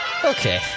Okay